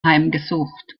heimgesucht